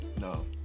No